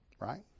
right